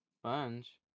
Sponge